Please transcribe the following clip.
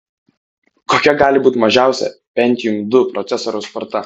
kokia gali būti mažiausia pentium ii procesoriaus sparta